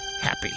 happy